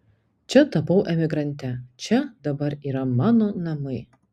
čia tapau emigrante čia dabar yra mano namai